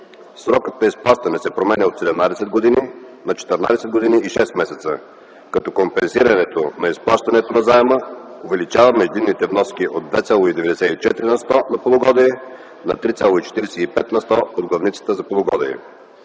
Срокът на изплащане се променя от 17 години на 14 години и 6 месеца като компенсирането на изплащането на заема увеличава междинните вноски от 2,94 на сто на полугодие на 3,45 на сто от главницата на полугодие.